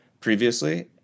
previously